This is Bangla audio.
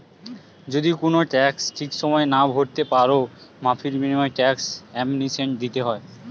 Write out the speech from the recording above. যদি কুনো ট্যাক্স ঠিক সময়ে না ভোরতে পারো, মাফীর বিনিময়ও ট্যাক্স অ্যামনেস্টি দিতে হয়